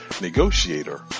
Negotiator